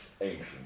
ancient